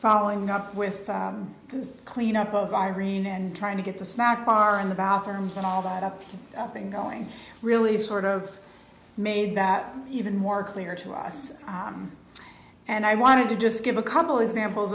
following up with the cleanup of irene and trying to get the snack bar in the bathrooms and all that up it's been going really sort of made that even more clear to us and i wanted to just give a couple examples